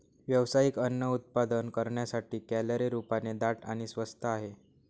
व्यावसायिक अन्न उत्पादन करण्यासाठी, कॅलरी रूपाने दाट आणि स्वस्त आहे